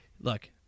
look